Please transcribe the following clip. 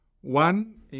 One